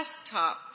desktop